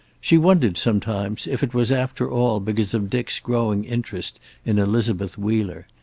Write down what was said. she wondered, sometimes, if it was after all because of dick's growing interest in elizabeth wheeler.